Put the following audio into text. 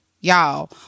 y'all